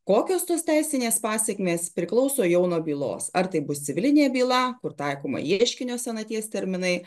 kokios tos teisinės pasekmės priklauso jau nuo bylos ar tai bus civilinė byla kur taikoma ieškinio senaties terminai